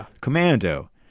Commando